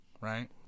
right